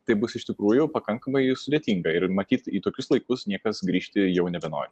tai bus iš tikrųjų pakankamai sudėtinga ir matyt į tokius laikus niekas grįžti jau nebenori